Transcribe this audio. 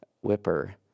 Whipper